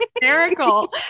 hysterical